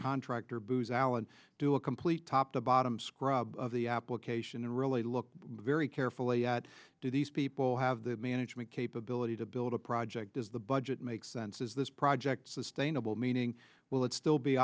contractor booz allen do a complete top to bottom scrub of the application and really look very carefully at do these people have the management capability to build a project does the budget make sense is this project sustainable meaning will it still be